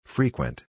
Frequent